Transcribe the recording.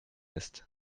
ist